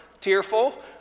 tearful